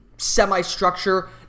semi-structure